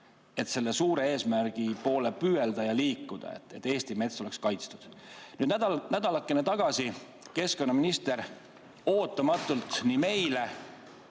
selle suure eesmärgi poole püüelda ja liikuda, et Eesti mets oleks kaitstud. Nüüd, nädalakene tagasi tegi keskkonnaminister ootamatult meile,